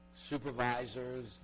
supervisors